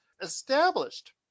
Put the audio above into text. established